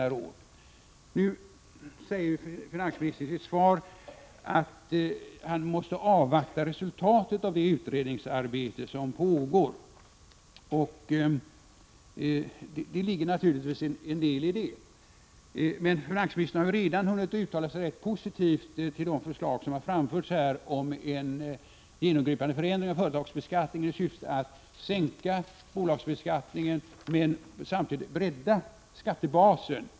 Nu säger finansministern i sitt svar att han måste avvakta resultatet av det utredningsarbete som pågår. Det ligger naturligtvis en del i detta. Finansministern har emellertid redan hunnit uttala sig rätt positivt rörande de förslag som här har framförts om en genomgripande förändring av företagsbeskattningen i syfte att sänka bolagsskatten, men samtidigt bredda skattebasen.